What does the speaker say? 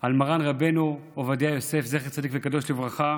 על מרן רבנו עובדיה יוסף, זכר צדיק וקדוש לברכה,